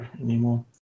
anymore